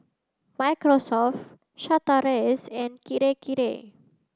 Microsoft Chateraise and Kirei Kirei